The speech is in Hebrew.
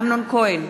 אמנון כהן,